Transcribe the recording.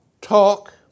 talk